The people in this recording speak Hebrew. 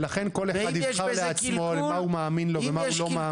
ולכן כל אחד יבחר לעצמו למה הוא מאמין לו ולמה הוא לא מאמין.